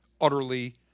utterly